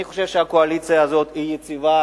אני חושב שהקואליציה הזאת יציבה,